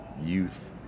youth